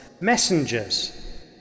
messengers